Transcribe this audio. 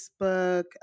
Facebook